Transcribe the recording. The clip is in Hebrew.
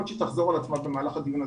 להיות שתחזור על עצמה במהלך הדיון הזה.